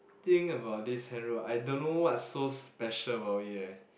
thing about this hand roll I don't know what's so special about it eh